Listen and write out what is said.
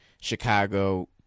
Chicago